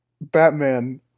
Batman